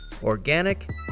Organic